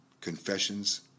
Confessions